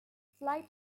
flight